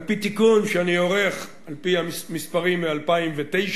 על-פי תיקון שאני עורך על-פי המספרים מ-2009,